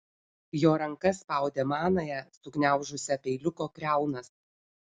jo ranka spaudė manąją sugniaužusią peiliuko kriaunas